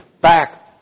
back